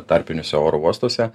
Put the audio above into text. tarpiniuose oro uostuose